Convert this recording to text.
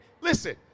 listen